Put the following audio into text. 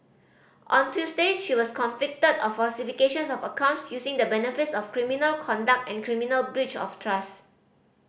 on Tuesday she was convicted of falsification of accounts using the benefits of criminal conduct and criminal breach of trust